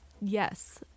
yes